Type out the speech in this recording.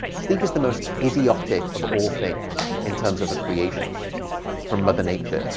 sleep is the most idiotic of all things in terms of a creation from mother nature.